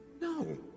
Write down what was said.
No